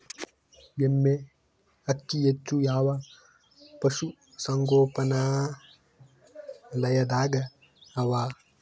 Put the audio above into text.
ಎಮ್ಮೆ ಅಕ್ಕಿ ಹೆಚ್ಚು ಯಾವ ಪಶುಸಂಗೋಪನಾಲಯದಾಗ ಅವಾ?